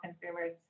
consumers